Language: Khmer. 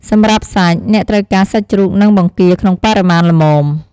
សម្រាប់សាច់ អ្នកត្រូវការ សាច់ជ្រូក និង បង្គា ក្នុងបរិមាណល្មម។